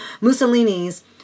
Mussolini's